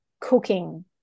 cooking